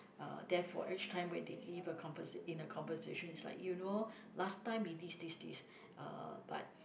uh therefore each time when they give a conver~ in a conversation is like you know last time we this this this uh but